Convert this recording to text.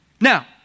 Now